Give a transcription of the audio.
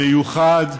המיוחד,